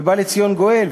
ובא לציון גואל,